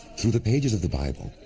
through the pages of the bible,